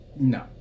No